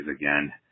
again